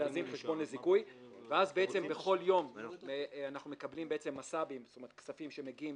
ואז בכל יום אנחנו מקבלים כספים שמגיעים